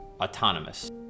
autonomous